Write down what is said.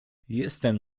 jestem